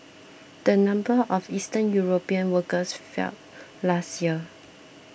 the number of Eastern European workers fell last year